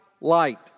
light